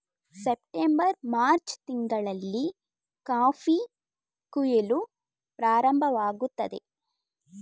September March ತಿಂಗಳಲ್ಲಿ coffee ಕುಯಿಲು ಪ್ರಾರಂಭವಾಗುತ್ತದೆ